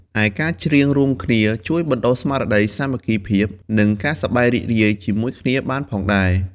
ឯការច្រៀងរួមគ្នាជួយបណ្ដុះស្មារតីសាមគ្គីភាព និងការសប្បាយរីករាយជាមួយគ្នាបានផងដែរ។